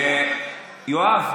יואב,